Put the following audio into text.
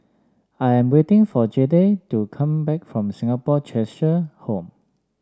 I am waiting for Jayde to come back from Singapore Cheshire Home